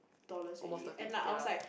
dollars already and like I was like